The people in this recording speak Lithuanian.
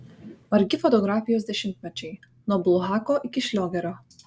margi fotografijos dešimtmečiai nuo bulhako iki šliogerio